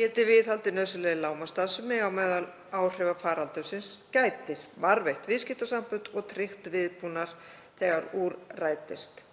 geti viðhaldið nauðsynlegri lágmarksstarfsemi á meðan áhrifa faraldursins gætir, varðveitt viðskiptasambönd og tryggt viðbúnað þegar úr rætist.